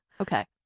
Okay